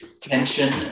tension